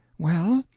well,